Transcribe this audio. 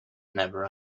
never